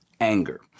anger